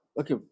Okay